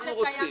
ככה.